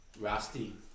Rusty